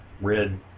red